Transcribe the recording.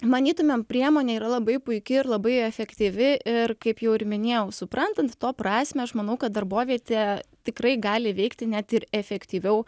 manytumėm priemonė yra labai puiki ir labai efektyvi ir kaip jau ir minėjau suprantant to prasmę aš manau kad darbovietė tikrai gali veikti net ir efektyviau